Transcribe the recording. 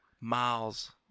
miles